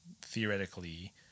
theoretically